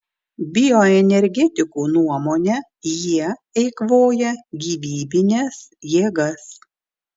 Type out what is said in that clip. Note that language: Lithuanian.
bioenergetikų nuomone jie eikvoja gyvybines jėgas